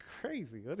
crazy